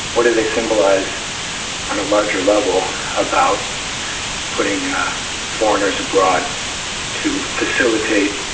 what do they symbolize on a larger level about putting foreigners abroad to facilitate